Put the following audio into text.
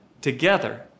together